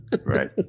Right